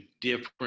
different